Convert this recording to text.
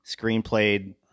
screenplayed